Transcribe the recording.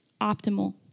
optimal